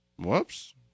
Whoops